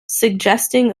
suggesting